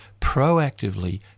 proactively